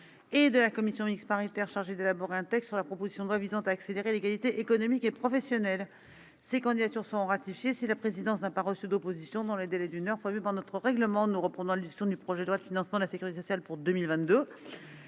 sein de la commission mixte paritaire chargée d'élaborer un texte sur la proposition de loi visant à accélérer l'égalité économique et professionnelle ont été publiées. Ces candidatures seront ratifiées si la présidence n'a pas reçu d'opposition dans le délai d'une heure prévu par notre règlement. Nous reprenons la discussion du projet de loi, adopté par l'Assemblée nationale, de financement de la sécurité sociale pour 2022.